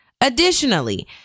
Additionally